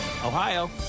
Ohio